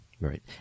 Right